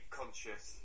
conscious